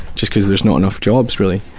just cause there's not enough jobs really.